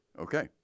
Okay